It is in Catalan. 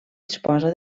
disposa